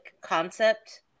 concept